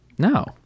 No